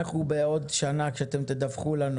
בעוד שנה, כשאתם תדווחו לנו